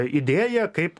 idėja kaip